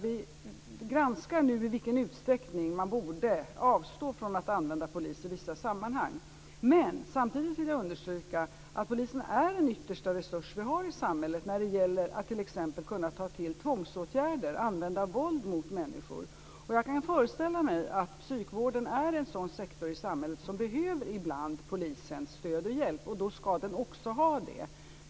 Vi granskar nu i vilken utsträckning man borde avstå från att använda polis i vissa sammanhang. Samtidigt vill jag understryka att polisen är den yttersta resurs vi har i samhället när det gäller att t.ex. kunna ta till tvångsåtgärder och använda våld mot människor. Jag kan föreställa mig att psykvården är en sektor i samhället som ibland behöver polisens stöd och hjälp. Då skall den också ha det.